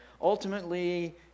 Ultimately